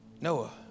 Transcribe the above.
Noah